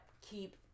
keep